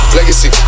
Legacy